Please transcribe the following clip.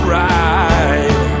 right